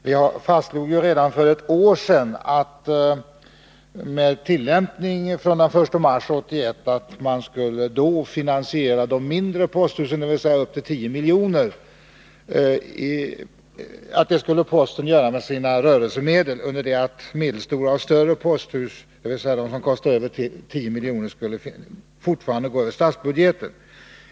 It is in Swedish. Vi fastslog redan för ett år sedan, med tillämpning från den 1 mars 1981, att de mindre posthusen, dvs. upp till 10 miljoner, skulle posten finansiera med sina rörelsemedel, under det att medelstora och större posthus, de som går över 10 miljoner, fortfarande skulle betalas över statsbudgeten.